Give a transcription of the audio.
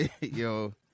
Yo